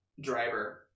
driver